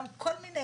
גם כל מיני,